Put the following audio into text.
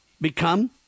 become